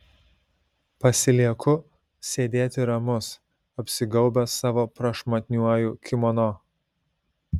pasilieku sėdėti ramus apsigaubęs savo prašmatniuoju kimono